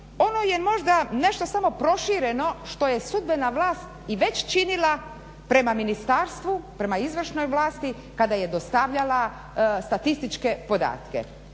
ono je možda nešto samo prošireno što je sudbena vlast i već činila prema ministarstvu, prema izvršnoj vlasti kada je dostavljala statističke podatke.